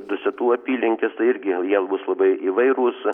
dusetų apylinkes tai irgi jie bus labai įvairūs